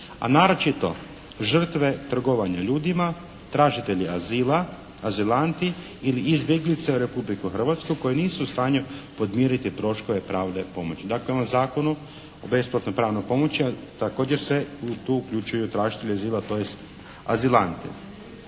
a naročito žrtve trgovanja ljudima, tražitelji azila, azilanti ili izbjeglice u Republiku Hrvatsku koji nisu u stanju podmiriti troškove pravne pomoći. Dakle u … /Govornik se ne razumije./ … Zakonu o besplatnoj pravnoj pomoći također se tu uključuju tražitelji azila tj. azilanti.